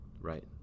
right